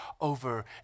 over